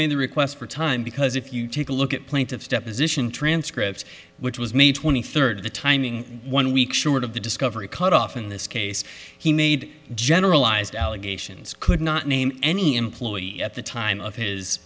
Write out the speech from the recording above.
made the request for time because if you take a look at plaintiff's deposition transcripts which was may twenty third the timing one week short of the discovery cut off in this case he made generalized allegations could not name any employee at the time of his